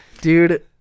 dude